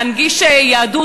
להנגיש יהדות,